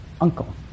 uncle